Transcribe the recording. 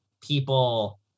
people